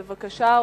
בבקשה.